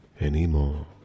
anymore